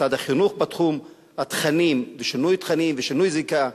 משרד החינוך בתחום התכנים ושינוי התכנים ושינוי זיקה,